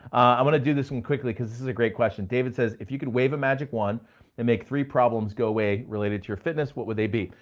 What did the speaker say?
i'm gonna do this one quickly cause this is a great question. david says, if you could wave a magic wand and make three problems go away related to your fitness, what would they be?